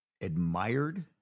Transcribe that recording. admired